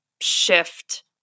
shift